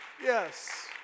Yes